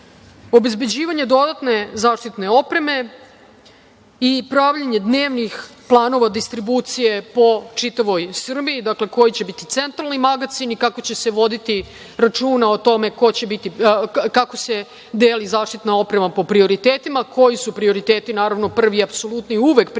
Obezbeđivanje dodatne zaštitne opreme i pravljenje dnevnih planova distribucije po čitavoj Srbiji. Dakle, koji će biti centralni magacini, kako će se voditi računa o tome kako se deli zaštitna oprema po prioritetima, koji su prioriteti, prvi i apsolutni uvek prioritet